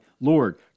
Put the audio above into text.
Lord